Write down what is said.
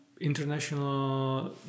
International